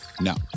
No